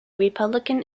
republican